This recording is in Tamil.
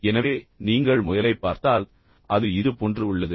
எனவே நீங்கள் முயலைப் பார்த்தால் அது இது போன்று உள்ளது